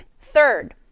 third